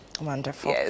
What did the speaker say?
Wonderful